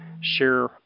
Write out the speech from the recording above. share